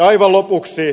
aivan lopuksi